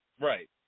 Right